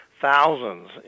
thousands